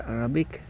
Arabic